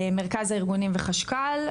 מרכז הארגונים והחשב הכללי,